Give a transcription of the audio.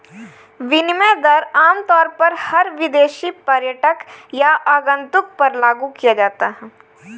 विनिमय दर आमतौर पर हर विदेशी पर्यटक या आगन्तुक पर लागू किया जाता है